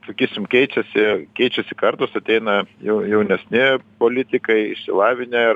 sakysim keičiasi keičiasi kartos ateina jau jaunesni politikai išsilavinę ar